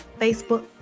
facebook